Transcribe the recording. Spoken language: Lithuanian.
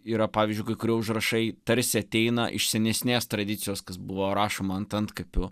yra pavyzdžiui kai kurie užrašai tarsi ateina iš senesnės tradicijos kas buvo rašoma ant antkapių